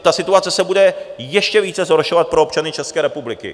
Ta situace se bude ještě více zhoršovat pro občany České republiky.